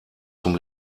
zum